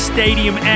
Stadium